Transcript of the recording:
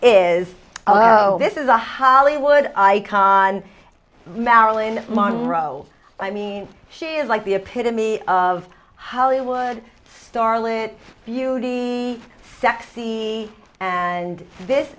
is this is a hollywood icon marilyn monroe i mean she is like the epitome of hollywood starlet beauty sexy and this